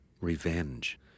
revenge